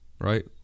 right